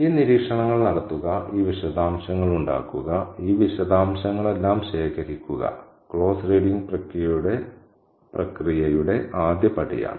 ഈ നിരീക്ഷണങ്ങൾ നടത്തുക ഈ വിശദാംശങ്ങൾ ഉണ്ടാക്കുക ഈ വിശദാംശങ്ങളെല്ലാം ശേഖരിക്കുക ക്ലോസ് റീഡിങ് പ്രക്രിയയുടെ ആദ്യപടിയാണ്